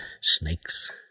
snakes